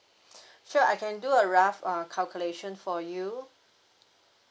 sure I can do a rough err calculation for you